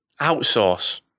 outsource